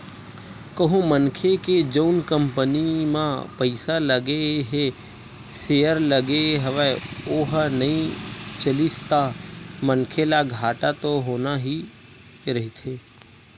कहूँ मनखे के जउन कंपनी म पइसा लगे हे सेयर लगे हवय ओहा नइ चलिस ता मनखे ल घाटा तो होना ही रहिथे